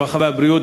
הרווחה והבריאות,